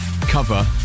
cover